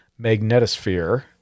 magnetosphere